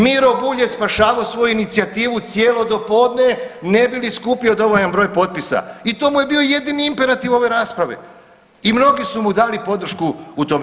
Miro Bulj je spašavao svoju inicijativu cijelo do podne ne bi li skupio dovoljan broj potpisa i to mu je bio jedini imperativ u ovoj raspravi i mnogi su mu dali podršku u tome.